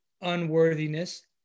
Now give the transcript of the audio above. unworthiness